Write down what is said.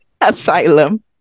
Asylum